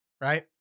right